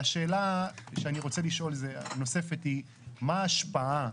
השאלה הנוספת היא מה ההשפעה,